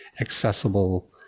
accessible